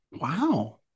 Wow